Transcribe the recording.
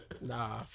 nah